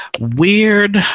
weird